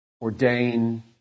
ordain